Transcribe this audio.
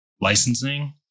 licensing